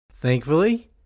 Thankfully